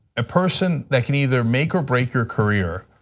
a person that can either make or break your career,